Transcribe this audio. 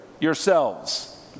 yourselves